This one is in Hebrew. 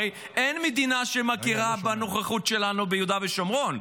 הרי אין מדינה שמכירה בנוכחות שלנו ביהודה ושומרון.